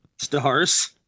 stars